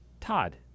Todd